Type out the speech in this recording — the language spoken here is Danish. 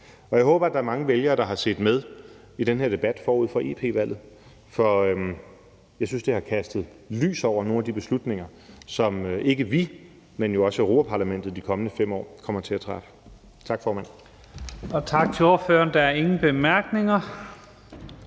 Jeg håber, at der er mange vælgere, der har set med i den her debat forud for EP-valget, for jeg synes, at det har kastet lys over nogle af de beslutninger, som ikke bare vi, men også Europa-Parlamentet i de kommende 5 år, kommer til at træffe. Tak, formand. Kl. 17:42 Første næstformand